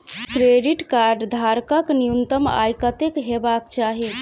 Credit card धारक कऽ न्यूनतम आय कत्तेक हेबाक चाहि?